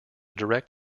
direct